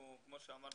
כמו שאמרנו,